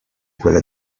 quella